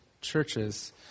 churches